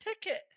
ticket